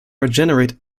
regenerate